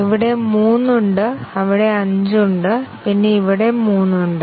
ഇവിടെ 3 ഉണ്ട് അവിടെ 5 ഉണ്ട് പിന്നെ ഇവിടെ 3 ഉണ്ട്